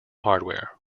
hardware